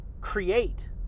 create